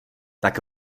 tak